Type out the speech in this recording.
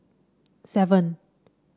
seven